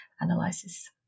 analysis